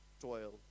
toil